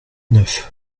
neuf